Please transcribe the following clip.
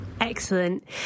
Excellent